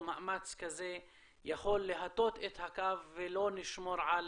מאמץ כזה יכול להטות את הכף ולא לשמור על